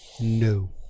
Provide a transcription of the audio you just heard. No